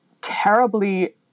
terribly